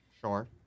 Sure